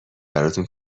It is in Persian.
براتون